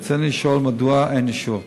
רצוני לשאול: מדוע אין אישור?